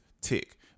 tick